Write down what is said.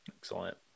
Excellent